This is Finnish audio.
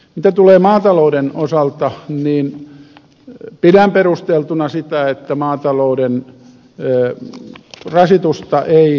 mitä tulee maatalouteen pidän perusteltuna sitä että maatalouden rasitusta ei lisätä